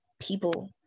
people